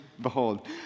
behold